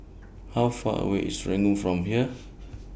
How Far away IS Serangoon from here